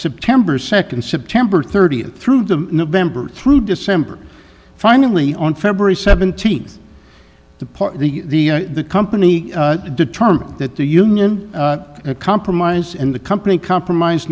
september second september thirtieth through the november through december finally on february seventeenth to the the company determined that the union compromise and the company compromise